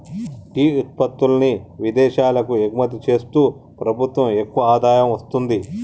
tea ఉత్పత్తుల్ని విదేశాలకు ఎగుమతి చేస్తూ ప్రభుత్వం ఎక్కువ ఆదాయం వస్తుంది